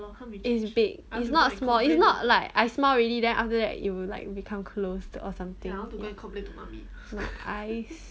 it's big it's not small it's not like I smile already then after that it will like become closed or something the eyes